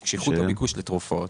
שקשיחות הביקוש לתרופות